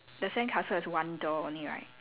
the sandcastle is one door only right